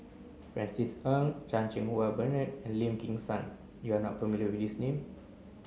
Francis Ng Chan Cheng Wah Bernard and Lim Kim San you are not familiar with these name